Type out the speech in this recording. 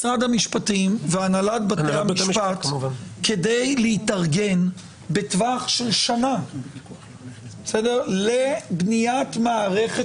משרד המשפטים והנהלת בתי המשפט כדי להתארגן בטווח של שנה לבניית מערכת